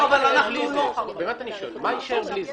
באמת אני שואל מה יישאר בלי זה?